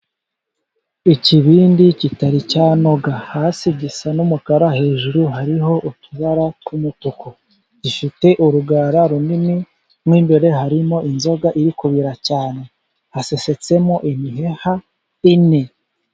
Ikibindi kitari cyanoga hasi, gisa n'umukara. Hejuru hariho utubara tw'umutuku, gifite urugara runini rw'imbere. Harimo inzoga irikubira cyane, hasesetsemo imiheha ine.